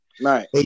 Right